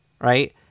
right